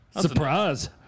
Surprise